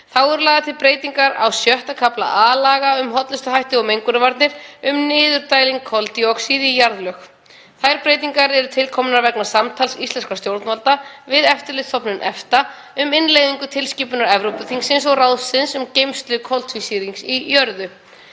Þá eru lagðar til breytingar á VI. kafla A-laga, um hollustuhætti og mengunarvarnir, um niðurdælingu koldíoxíðs í jarðlög. Þær breytingar eru til komnar vegna samtals íslenskra stjórnvalda við Eftirlitsstofnun EFTA um innleiðingu tilskipunar Evrópuþingsins og ráðsins um geymslu koltvísýrings í jörðu.